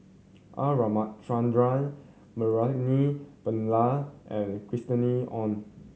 R Ramachandran Naraina Pilla and Christina Ong